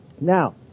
Now